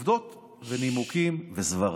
עובדות ונימוקים וסברה.